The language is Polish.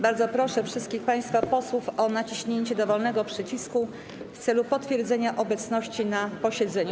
Bardzo proszę wszystkich państwa posłów o naciśnięcie dowolnego przycisku w celu potwierdzenia obecności na posiedzeniu.